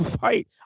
fight